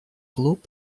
club